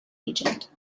agent